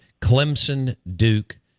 Clemson-Duke